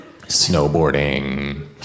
Snowboarding